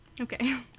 okay